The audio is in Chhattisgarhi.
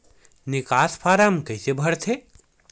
निकास फारम कइसे भरथे?